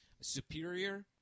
Superior